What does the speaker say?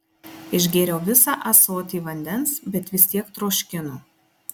išgėriau visą ąsotį vandens bet vis tiek troškino